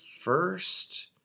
first